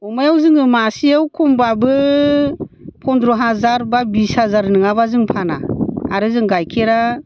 अमायाव जोङो मासेयाव खमबाबो पन्द्र' हाजार बा बिस हाजार नङाबा जों फाना आरो जों गाइखेरा